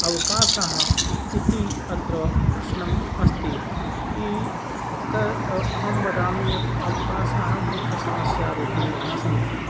अवकाशाः इति अत्र प्रश्नम् अस्ति अहं वदामि यत् अवकाशाः मुख्समस्यारूपेण न सन्ति